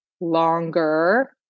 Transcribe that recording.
longer